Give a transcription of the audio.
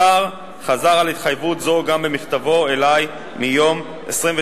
השר חזר על התחייבות זו גם במכתבו אלי מיום 22